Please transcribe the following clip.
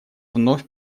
вновь